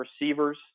receivers